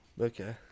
Okay